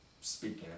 speaking